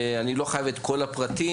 אני לא חייב את כל הפרטים,